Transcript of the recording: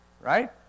right